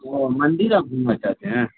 اوہ مندر آپ گھومنا چاہتے ہیں